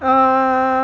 uh